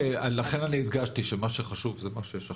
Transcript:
לכן אני הדגשתי שמה שחשוב זה מה שיש עכשיו,